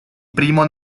primo